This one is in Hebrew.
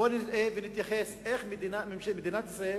בואו נראה ונתייחס איך מדינת ישראל,